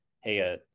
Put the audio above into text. hey